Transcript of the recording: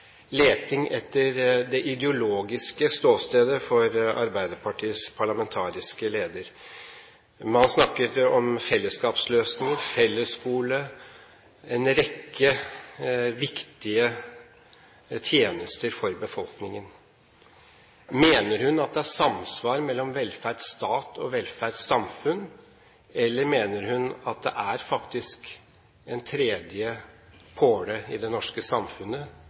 leting etter det ideologiske ståstedet for Arbeiderpartiets parlamentariske leder. Hun snakket om «fellesskapsløsningene», «fellesskolen» – en rekke viktige tjenester for befolkningen. Mener hun at det er samsvar mellom velferdsstat og velferdssamfunn, eller mener hun at det faktisk er en tredje påle i det norske samfunnet: